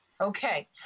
Okay